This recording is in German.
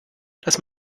dass